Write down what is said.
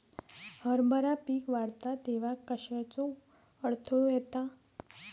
हरभरा पीक वाढता तेव्हा कश्याचो अडथलो येता?